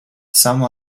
some